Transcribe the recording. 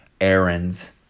errands